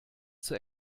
zur